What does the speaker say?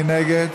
מי נגד?